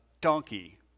donkey